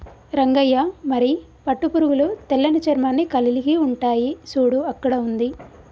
రంగయ్య మరి పట్టు పురుగులు తెల్లని చర్మాన్ని కలిలిగి ఉంటాయి సూడు అక్కడ ఉంది